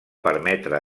permetre